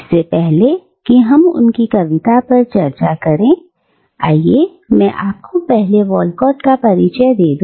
इससे पहले कि हम उनकी कविता पर चर्चा करें मैं पहले आपको वॉलकॉट का परिचय दे दू